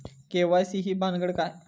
KYC ही भानगड काय?